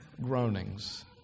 groanings